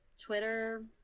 Twitter